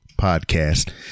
podcast